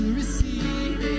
receive